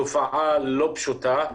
תופעה לא פשוטה.